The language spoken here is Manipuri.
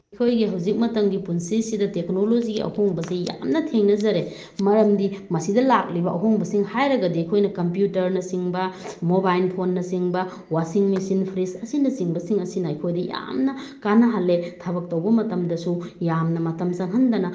ꯑꯩꯈꯣꯏꯒꯤ ꯍꯧꯖꯤꯛ ꯃꯇꯝꯒꯤ ꯄꯨꯟꯁꯤꯁꯤꯗ ꯇꯦꯛꯅꯣꯂꯣꯖꯤꯒꯤ ꯑꯍꯣꯡꯕꯁꯤ ꯌꯥꯝꯅ ꯊꯦꯡꯅꯖꯔꯦ ꯃꯔꯝꯗꯤ ꯃꯁꯤꯗ ꯂꯥꯛꯂꯤꯕ ꯑꯍꯣꯡꯕꯁꯤꯡ ꯍꯥꯏꯔꯒꯗꯤ ꯑꯩꯈꯣꯏꯅ ꯀꯝꯄ꯭ꯌꯨꯇꯔꯅꯆꯤꯡꯕ ꯃꯣꯕꯥꯏꯜ ꯐꯣꯟꯅꯆꯤꯡꯕ ꯋꯥꯁꯤꯡ ꯃꯦꯆꯤꯟ ꯐ꯭ꯔꯤꯖ ꯑꯁꯤꯅꯆꯤꯡꯕꯁꯤꯡ ꯑꯁꯤꯅ ꯑꯩꯈꯣꯏꯗ ꯌꯥꯝꯅ ꯀꯥꯟꯅꯍꯜꯂꯦ ꯊꯕꯛ ꯇꯧꯕ ꯃꯇꯝꯗꯁꯨ ꯌꯥꯝꯅ ꯃꯇꯝ ꯆꯪꯍꯟꯗꯅ